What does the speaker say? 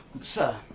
Sir